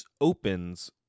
opens